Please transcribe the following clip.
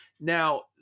Now